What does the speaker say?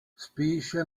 spíše